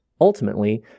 Ultimately